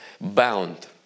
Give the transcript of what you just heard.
bound